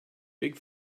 big